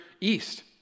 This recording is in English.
east